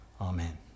amen